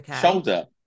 shoulder